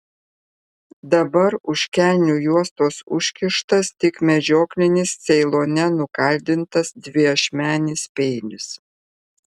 dabar už kelnių juostos užkištas tik medžioklinis ceilone nukaldintas dviašmenis peilis